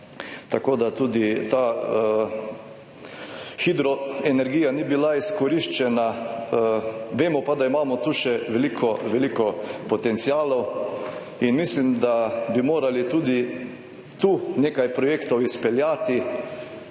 tako da tudi ta hidro energija ni bila izkoriščena. Vemo pa, da imamo tukaj še veliko, veliko potencialov in mislim, da bi morali tudi tukaj nekaj projektov izpeljati,